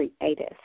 creative